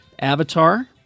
Avatar